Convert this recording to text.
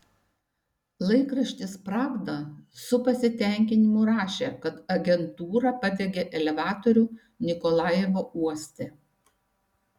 laikraštis pravda su pasitenkinimu rašė kad agentūra padegė elevatorių nikolajevo uoste